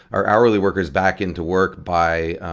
our hourly workers, back into work by